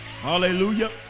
Hallelujah